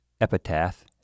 epitaph